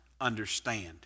understand